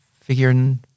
figuring